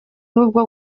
nubwo